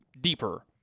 deeper